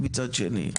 מצד שני.